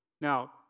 Now